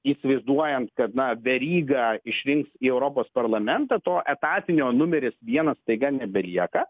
įsivaizduojant kad na verygą išvyks į europos parlamentą to etatinio numeris vienas staiga nebelieka